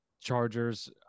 chargers